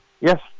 Yes